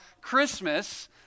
Christmas